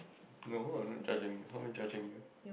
no I'm not judging how am I judging you